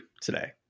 today